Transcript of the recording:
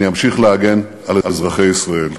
אני אמשיך להגן על אזרחי ישראל.